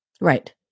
Right